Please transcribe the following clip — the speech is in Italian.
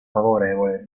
favorevole